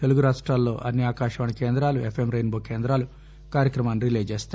తెలుగు రాష్ట్రాలలోని అన్ని ఆకాశవాణి కేందాలు ఎఫ్ ఎం రెయిన్ బో కేందాలు ఈ కార్యక్రమాన్ని రిలే చేస్తాయి